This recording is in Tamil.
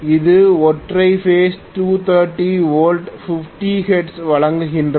இது ஒற்றை பேஸ் 230 வோல்ட் 50 ஹெர்ட்ஸ் வழங்குகின்றது